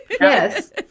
yes